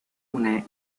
una